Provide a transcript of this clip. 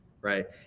right